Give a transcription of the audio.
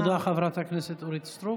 תודה, חברת הכנסת אורית סטרוק.